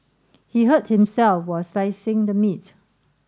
he hurt himself while slicing the meat